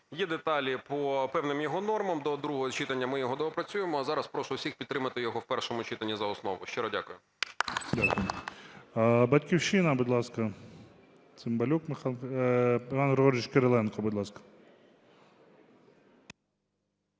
Є деталі по певним його нормам. До другого читання ми його доопрацюємо, а зараз прошу всіх підтримати його в першому читанні за основу. Щиро дякую.